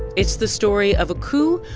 it's the story of a coup,